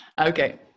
okay